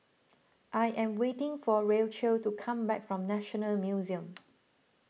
I am waiting for Rachelle to come back from National Museum